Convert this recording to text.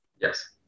Yes